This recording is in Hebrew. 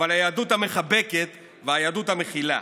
אבל היהדות המחבקת והיהדות המכילה.